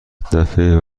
دفعه